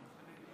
נגד,